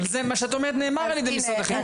אבל מה שאת אומרת נאמר על-ידי משרד החינוך.